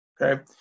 Okay